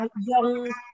young